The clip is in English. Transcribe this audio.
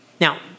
Now